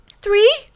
Three